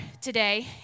today